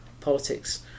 politics